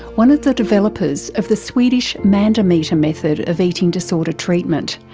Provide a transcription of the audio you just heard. one of the developers of the swedish mandometer method of eating disorder treatment.